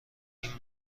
این